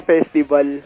Festival